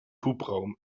hubraum